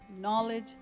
knowledge